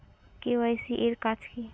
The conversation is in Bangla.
কে.ওয়াই.সি এর কাজ কি?